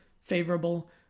favorable